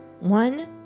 one